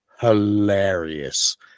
Hilarious